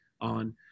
on